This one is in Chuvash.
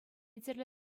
тӗрлӗ